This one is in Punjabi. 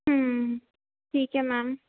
ਠੀਕ ਹੈ ਮੈਮ